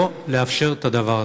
לא לאפשר את הדבר הזה.